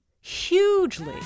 hugely